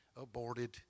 aborted